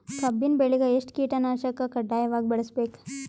ಕಬ್ಬಿನ್ ಬೆಳಿಗ ಎಷ್ಟ ಕೀಟನಾಶಕ ಕಡ್ಡಾಯವಾಗಿ ಬಳಸಬೇಕು?